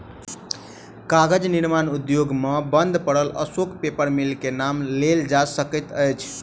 कागज निर्माण उद्योग मे बंद पड़ल अशोक पेपर मिल के नाम लेल जा सकैत अछि